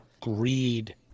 greed